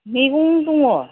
मैगं दङ